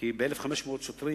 כי ב-1,500 שוטרים,